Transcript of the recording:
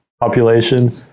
population